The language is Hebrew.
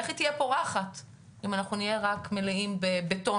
איך היא תהיה פורחת אם אנחנו נהיה מלאים רק בבטון,